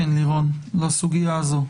כן, לירון, לסוגיה הזאת.